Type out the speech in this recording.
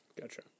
Gotcha